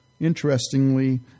Interestingly